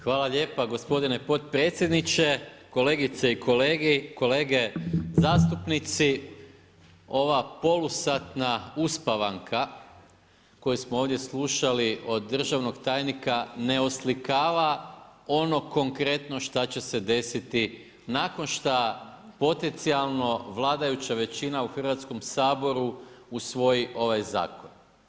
Hvala lijepo gospodine potpredsjedniče, kolegice i kolege zastupnici, ova polusatna uspavanka koju smo ovdje slušali od državnog tajnika ne oslikava ono konkretno što će se desiti nakon šta potencijalno vladajuća većina u Hrvatskom saboru usvoji ovaj zakon.